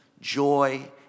joy